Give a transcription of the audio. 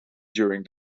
during